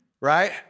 Right